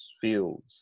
fields